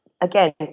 again